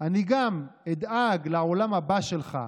אני גם אדאג לעולם הבא שלך